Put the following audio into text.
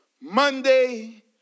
Monday